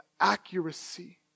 accuracy